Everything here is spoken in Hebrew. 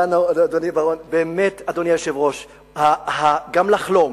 באמת, אדוני היושב-ראש, גם לחלום